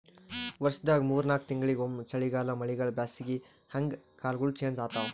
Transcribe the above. ವರ್ಷದಾಗ್ ಮೂರ್ ನಾಕ್ ತಿಂಗಳಿಂಗ್ ಒಮ್ಮ್ ಚಳಿಗಾಲ್ ಮಳಿಗಾಳ್ ಬ್ಯಾಸಗಿ ಹಂಗೆ ಕಾಲ್ಗೊಳ್ ಚೇಂಜ್ ಆತವ್